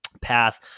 path